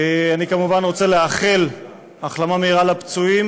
אני כמובן רוצה לאחל החלמה מהירה לפצועים